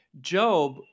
Job